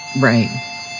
Right